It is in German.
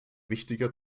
wichtiger